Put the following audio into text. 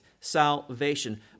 salvation